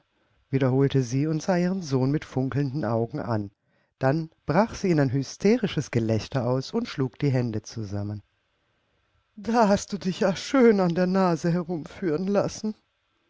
wiederholte sie und sah ihren sohn mit funkelnden augen an dann brach sie in ein hysterisches gelächter aus und schlug die hände zusammen da hast du dich ja schön an der nase herumführen lassen